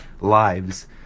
lives